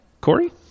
Corey